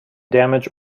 damage